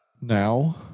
Now